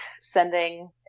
sending